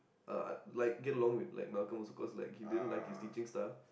uh like you know like get along with Malcolm also cause he didn't like his teaching style